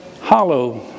hollow